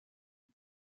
die